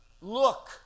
look